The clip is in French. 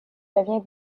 devient